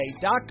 dot